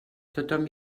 tothom